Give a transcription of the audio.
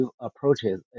approaches